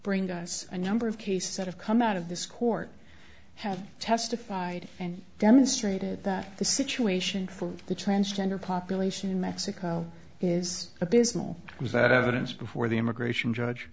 bring guys a number of cases that have come out of this court have testified and demonstrated that the situation for the transgender population in mexico is abysmal was that evidence before the immigration judge